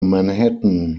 manhattan